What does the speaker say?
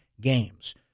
games